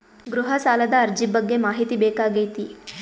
ಗೃಹ ಸಾಲದ ಅರ್ಜಿ ಬಗ್ಗೆ ಮಾಹಿತಿ ಬೇಕಾಗೈತಿ?